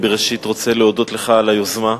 בראשית דברי אני רוצה להודות לך על היוזמה,